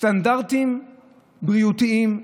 סטנדרטים בריאותיים,